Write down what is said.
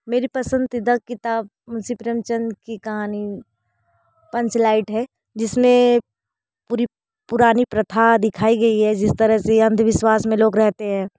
मेरी पसंदीदा किताब मुंशी प्रेमचंद की कहानी पंचलाइट है जिसमें पूरी पुरानी प्रथा दिखाई गई है जिस तरह से अंधविश्वास में लोग रहते हैं